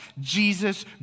Jesus